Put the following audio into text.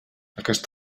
aquest